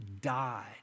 died